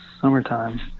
summertime